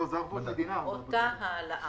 אותה העלאה.